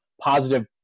positive